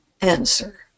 answer